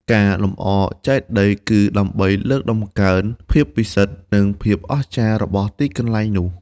ការលម្អចេតិយ គឺដើម្បីលើកតម្កើងភាពពិសិដ្ឋ និងភាពអស្ចារ្យ របស់ទីកន្លែងនោះ។